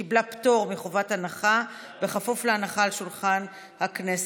ההצעה קיבלה פטור מחובת הנחה בכפוף להנחה על שולחן הכנסת.